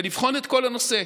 ולבחון את כל הנושא.